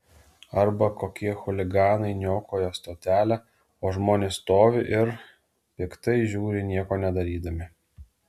arba kokie chuliganai niokoja stotelę o žmonės stovi ir piktai žiūri nieko nedarydami